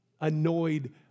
annoyed